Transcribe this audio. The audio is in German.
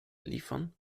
liefern